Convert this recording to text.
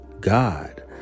God